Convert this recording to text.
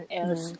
else